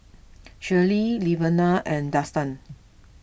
Shirlee Levina and Dustan